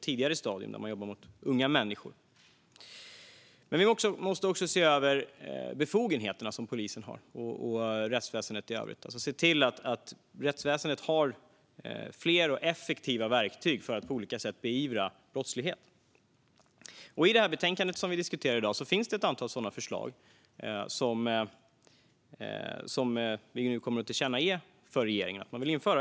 Men vi måste också se över polisens och det övriga rättsväsendets befogenheter. Vi måste se till att rättsväsendet har fler effektiva verktyg för att på olika sätt beivra brottslighet. I det betänkande vi diskuterar i dag finns ett antal sådana förslag som vi kommer att tillkännage för regeringen.